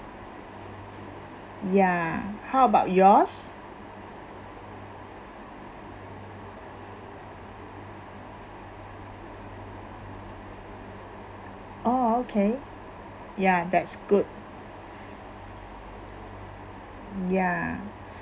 ya how about yours oh okay ya that's good ya